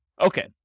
Okay